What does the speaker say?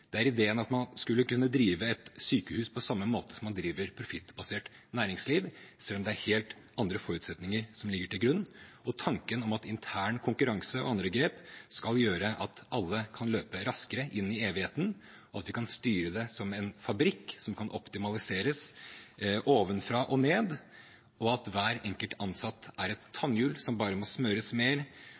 Det er ideen om at man skulle kunne drive et sykehus på samme måte som man driver profittbasert næringsliv, selv om det er helt andre forutsetninger som ligger til grunn, og tanken om at intern konkurranse og andre grep skal gjøre at alle kan løpe raskere inn i evigheten, at vi kan styre det som en fabrikk som kan optimaliseres ovenfra og ned, at hver enkelt ansatt er et tannhjul som bare må smøres mer,